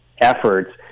efforts